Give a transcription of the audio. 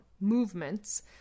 movements